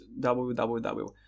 www